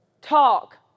talk